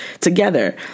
together